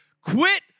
quit